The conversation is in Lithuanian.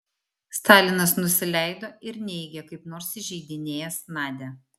stalinas nusileido ir neigė kaip nors įžeidinėjęs nadią